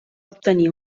obtenir